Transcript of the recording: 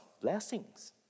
blessings